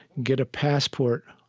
get a passport,